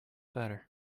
better